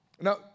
now